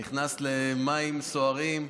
נכנסת למים סוערים.